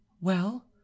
Well